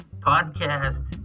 Podcast